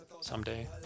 someday